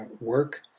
work